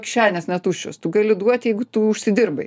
kišenės netuščios tu gali duoti jeigu tu užsidirbai